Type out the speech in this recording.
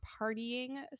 partying